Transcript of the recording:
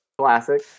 classic